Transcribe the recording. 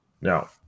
No